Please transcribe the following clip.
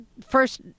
first